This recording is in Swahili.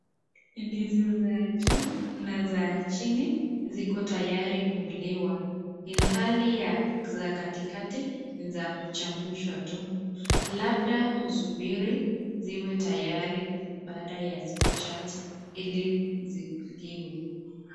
Ni Ndizi za juu na za chini ziko tayari ku liwa ilhalii za juu na za chini ziko tayari kuliwa ilhali ya za katikati ni za kuchamshwa tu. Labda usubiri ziwe tayari baada ya siku ya za katikati ni za kuchamshwa tu. Labda usubiri ziwe tayari baada ya siku chache ili ziliwe. chache ili ziliwe.